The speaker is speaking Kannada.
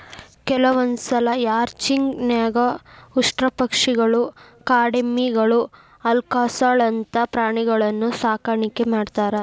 ಕೆಲವಂದ್ಸಲ ರ್ಯಾಂಚಿಂಗ್ ನ್ಯಾಗ ಉಷ್ಟ್ರಪಕ್ಷಿಗಳು, ಕಾಡೆಮ್ಮಿಗಳು, ಅಲ್ಕಾಸ್ಗಳಂತ ಪ್ರಾಣಿಗಳನ್ನೂ ಸಾಕಾಣಿಕೆ ಮಾಡ್ತಾರ